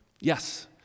yes